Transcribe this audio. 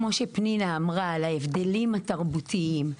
כמו שפנינה אמרה בגלל ההבדלים התרבותיים.